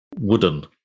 wooden